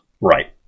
Right